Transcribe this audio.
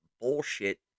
bullshit